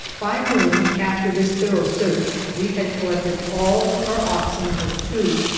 by noon, after this thorough search, we had collected all of our oxen but two,